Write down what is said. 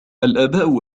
الآباء